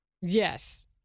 yes